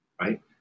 right